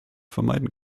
vermeiden